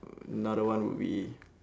another one would be